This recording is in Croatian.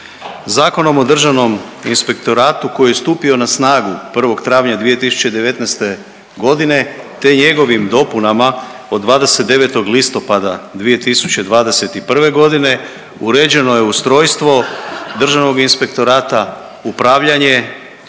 Zakonom o Državnom inspektoratu koji je stupio na snagu 1. travnja 2019. g. te njegovim dopunama od 29. listopada 2021. g. uređeno je ustrojstvo Državnog inspektorata, upravljanje,